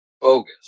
bogus